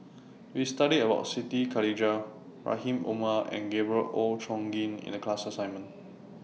We studied about Siti Khalijah Rahim Omar and Gabriel Oon Chong Jin in The class assignment